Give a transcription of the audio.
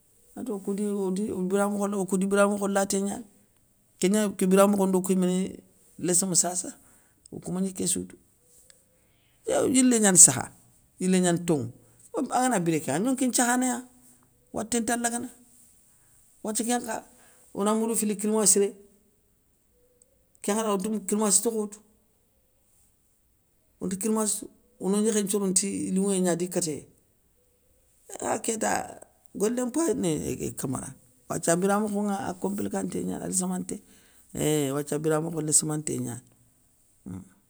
Anŋetou okou di odi odi biramokho okou di biramokho laté gnani kégna ké biramokho ndo kou youmouni léssima sassa okou maagni késsou tou. Eééééh aw yilé gnana sakha, yilé gnani tonŋou, angana biré ké an gnonki nthiakhanaya, waté nta lagana, wathia kén nkha ona moudou fili kirmassi réy, kén ŋwakhati odou mégni kirmassi tokho tou, onte kirmassi, ono gnékhé nthiorono ti i linŋoyé gna adi kétéyé. Eéé kha kéta golé mpay ni ké camara ké wathia biramokho ŋa a komplikanté gnani a léssimanté éeiinn wathia biramokho léssimanté gnani, uuuummmm.